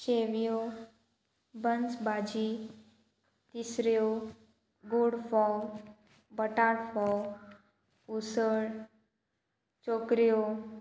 शेवयो बन्स भाजी तिसऱ्यो गोड फोव बटाट फोव उसळ चोकऱ्यो